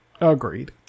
Agreed